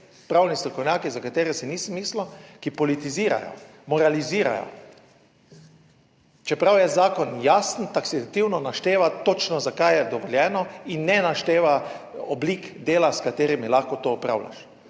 pravni strokovnjaki, za katere si nisem mislil, ki politizirajo, moralizirajo, čeprav je zakon jasen, taksitativno našteva točno zakaj je dovoljeno in ne našteva oblik dela s katerimi lahko to opravljaš.